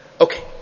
Okay